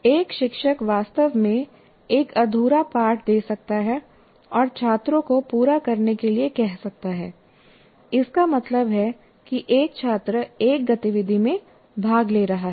एक शिक्षक वास्तव में एक अधूरा पाठ दे सकता है और छात्रों को पूरा करने के लिए कह सकता है इसका मतलब है कि एक छात्र एक गतिविधि में भाग ले रहा है